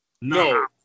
No